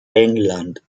england